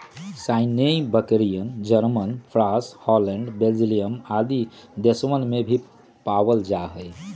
सानेंइ बकरियन, Germany, France, Holland, Belgium आदि देशवन में भी पावल जाहई